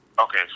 Okay